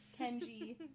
kenji